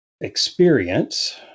experience